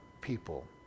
people